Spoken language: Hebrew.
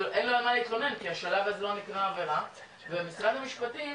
אבל אין לו על מה להתלונן כי השלב הזה לא נקרא עבירה ומשרד המשפטים